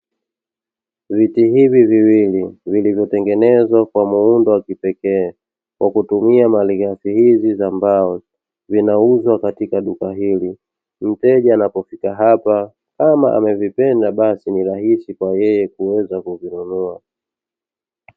Viti hivi viwili vilivyotengenezwa kwa muundo wa kipekee kwa kutumia malighafi hizi za mbao zinauzwa katika duka hili, mteja anapofika hapa kama amevipenda basi ni rahisi kwa yeye kuvinunua.